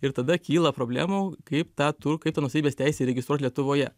ir tada kyla problemų kaip tą tur kaip tą nuosavybės teisę įregistruot lietuvoje